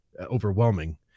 overwhelming